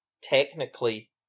technically